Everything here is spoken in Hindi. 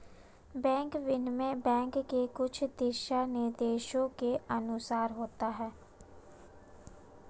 बैंक विनिमय बैंक के कुछ दिशानिर्देशों के अनुसार होता है